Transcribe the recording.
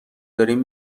داریم